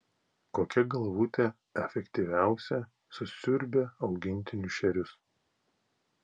kokia galvutė efektyviausia susiurbia augintinių šerius